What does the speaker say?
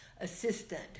assistant